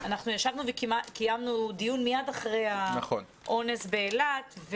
אנחנו ישבנו וקיימנו דיון מייד אחרי האונס באילת,